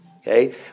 Okay